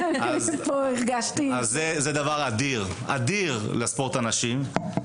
זה דבר אדיר לספורט הנשים.